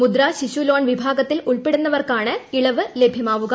മുദ്ര ശിശുലോൺ വിഭാഗ്ഗത്തിൽ ഉൾപ്പെടുന്നവർക്കാണ് ഇളവ് ലഭ്യമാക്കുക